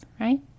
right